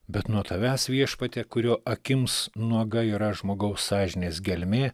bet nuo tavęs viešpatie kurio akims nuoga yra žmogaus sąžinės gelmė